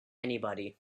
anybody